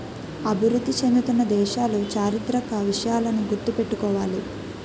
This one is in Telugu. అభివృద్ధి చెందుతున్న దేశాలు చారిత్రక విషయాలను గుర్తు పెట్టుకోవాలి